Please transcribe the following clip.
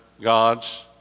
God's